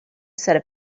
set